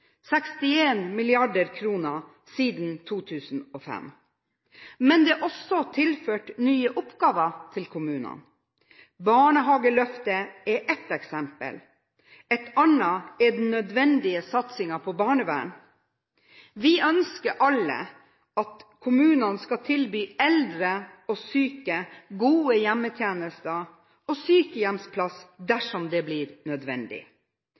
siden 2005. Men kommunene er også tilført nye oppgaver. Barnehageløftet er ett eksempel, et annet er den nødvendige satsingen på barnevern. Vi ønsker alle at kommunene skal tilby eldre og syke gode hjemmetjenester – og sykehjemsplass dersom det blir nødvendig.